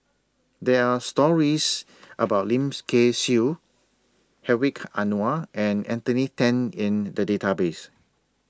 There Are stories about Lim's Kay Siu Hedwig Anuar and Anthony Then in The Database